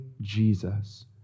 Jesus